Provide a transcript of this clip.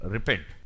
Repent